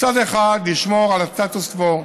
מצד אחד, לשמור על הסטטוס קוו,